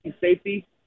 safety